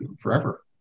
forever